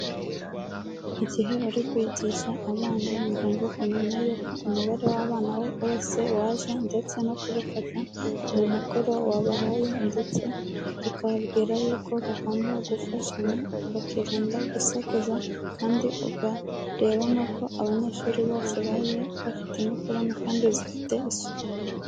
Igihe uri kwigisha abana ni ngombwa kumenya yuko umubare w'abana wose waje ndetse no kubafasha mu mukoro wabahaye ndetse ukababwira yuko bagomba gufashanya, bakirinda gusakuza kandi ukareba n'uko abanyeshuri bose baje bafite iniforume kandi zifite isuku.